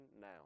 now